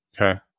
Okay